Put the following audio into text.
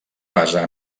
basa